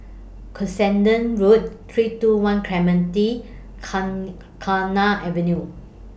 Cuscaden Road three two one Clementi Avenue